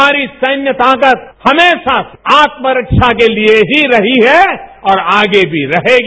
हमारी सैन्य ताकत हमेशा आत्मरक्षा के लिए ही रही है और आगे भी रहेगी